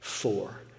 Four